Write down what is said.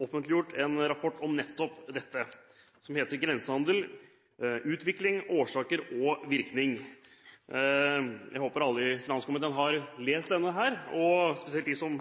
offentliggjort en rapport om nettopp dette. Den heter Grensehandel – utvikling, årsaker og virkning. Jeg håper alle i finanskomiteen har lest den, spesielt de som